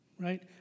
Right